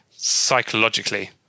psychologically